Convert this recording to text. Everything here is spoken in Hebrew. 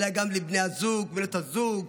אלא גם לבני הזוג ולבנות הזוג,